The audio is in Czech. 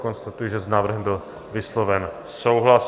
Konstatuji, že s návrhem byl vysloven souhlas.